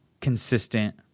consistent